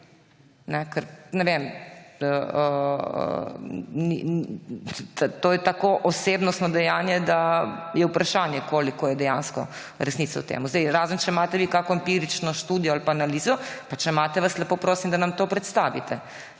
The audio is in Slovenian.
to je tako osebnostno dejanje, da je vprašanje, koliko je dejansko resnice v tem. Razen če imate vi kakšno empirično študijo ali pa analizo. Če imate, vas lepo prosim, da nam to predstavite.